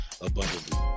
abundantly